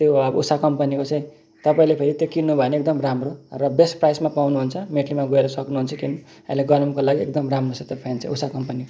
त्यो अब उषा कम्पनीको चाहिँ तपाईँले फेरि त्यो किन्नुभयो भने चाहिँ एकदम राम्रो र बेस्ट प्राइसमा पाउनुहुन्छ मेटलीमा गएर सक्नुहुन्छ किन्नु अहिले गर्मीको लागि एकदम राम्रो छ त्यो फ्यान चाहिँ उषा कम्पनी